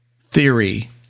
theory